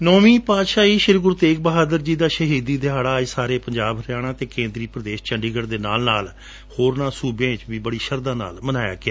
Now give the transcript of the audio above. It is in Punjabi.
ਨੌਵੀ ਪਾਤਸ਼ਾਹੀ ਸ਼ੀ ਗੁਰੂ ਤੇਗ ਬਹਾਦਰ ਜੀ ਦਾ ਸ਼ਹੀਦੀ ਦਿਹਾੜਾ ਅੱਜ ਸਾਰੇ ਪੰਜਾਬ ਹਰਿਆਣਾ ਅਤੇ ਕੈਨਦਰੀ ਪ੍ਰਦੇਸ਼ ਚੰਡੀਗੜ੍ਪ ਦੇ ਨਾਲ ਨਾਲ ਹੋਰਨਾਂ ਸੂਬਿਆਂ ਵਿਚ ਵੀ ਬੜੀ ਸ਼ਰਧਾ ਨਾਲ ਮਨਾਇਆ ਗਿਆ